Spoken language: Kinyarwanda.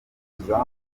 bifuza